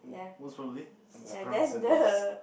most probably it's brown sandals